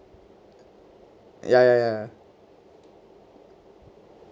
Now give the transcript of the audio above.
ya ya ya